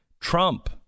Trump